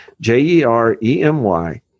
J-E-R-E-M-Y